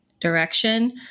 direction